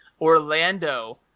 Orlando